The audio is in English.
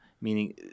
meaning